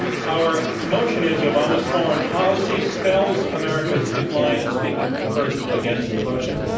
our motion is obama's foreign policy spells america's decline and speaking first against the motion,